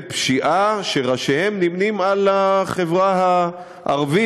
פשיעה שראשיהם נמנים עם החברה הערבית.